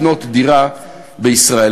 לקנות דירה בישראל?